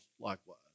likewise